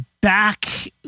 Back